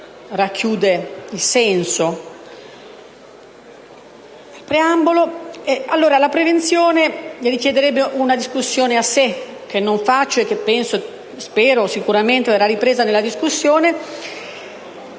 La prevenzione richiederebbe una discussione a sé, che non faccio e che spero e penso sicuramente sarà ripresa nel corso